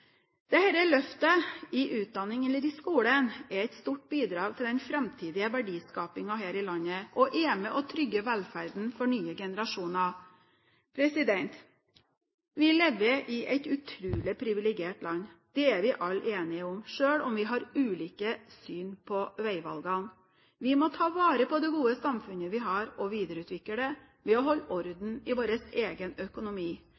løftet i utdanning, eller i skolen, er et stort bidrag til den framtidige verdiskapingen her i landet og er med på å trygge velferden for nye generasjoner. Vi lever i et utrolig privilegert land – det er vi alle enige om, selv om vi har ulikt syn på veivalgene. Vi må ta vare på det gode samfunnet vi har å videreutvikle ved å holde orden i vår egen økonomi.